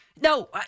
no